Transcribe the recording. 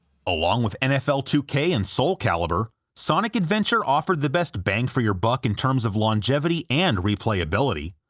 along with nfl two k and soul calibur, sonic adventure offered the best bang-for-your-buck in terms of longevity and replayability,